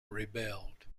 rebelled